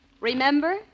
Remember